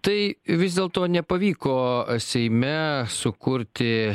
tai vis dėlto nepavyko seime sukurti